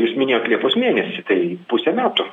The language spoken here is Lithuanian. jūs minėjot liepos mėnesį tai pusę metų